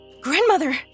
Grandmother